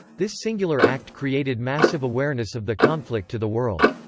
this singular act created massive awareness of the conflict to the world.